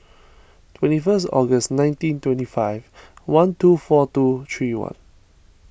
twenty first August nineteen twenty five one two four two three one